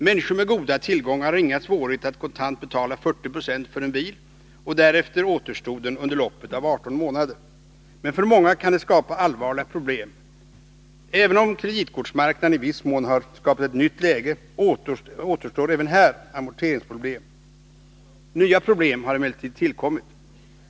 Människor med goda tillgångar har inga svårigheter att kontant betala 40 96 av priset på en bil och därefter återstoden under loppet av 18 månader. Men för många kan det skapa allvarliga problem. Även om kreditkortsmarknaden i viss mån har skapat ett nytt läge, återstår även här amorteringsproblem. Nya problem har emellertid också tillkommit.